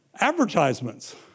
advertisements